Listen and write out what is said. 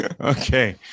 okay